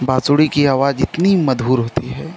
बाँसुरी की आवाज़ इतनी मधुर होती है